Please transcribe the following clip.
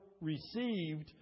received